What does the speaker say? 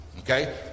Okay